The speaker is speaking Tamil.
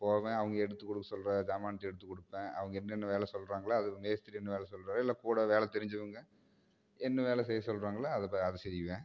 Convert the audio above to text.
போவேன் அவங்க எடுத்துக் கொடுக்க சொல்கிற சாமான்த்த எடுத்துக் கொடுப்பேன் அவங்க என்னென்ன வேலை சொல்கிறாங்களோ அதுவும் மேஸ்திரி என்ன வேலை சொல்கிறாரோ இல்லை கூட வேலை தெரிஞ்சவங்க என்ன வேலை செய்ய சொல்கிறாங்களோ அதை ப அதை செய்வேன்